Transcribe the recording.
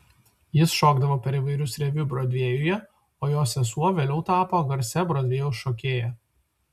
jis šokdavo per įvairius reviu brodvėjuje o jo sesuo vėliau tapo garsia brodvėjaus šokėja